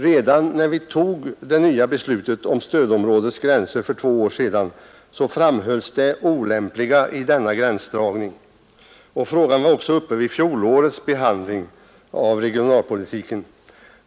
Redan när det nya beslutet om stödområdets gränser fattades för två år sedan framhölls det olämpliga i denna gränsdragning, och frågan var också uppe vid fjolårets behandling av regionalpolitiken.